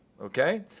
Okay